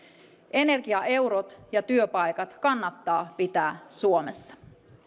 energiaeurot ja työpaikat kannattaa pitää suomessa